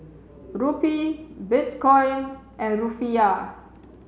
Rupee Bitcoin and Rufiyaa